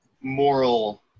moral